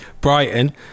Brighton